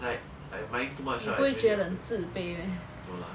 你不会觉得很自卑 meh